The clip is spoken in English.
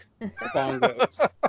bongos